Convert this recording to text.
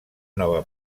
nova